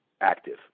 active